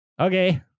okay